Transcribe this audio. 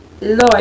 Lord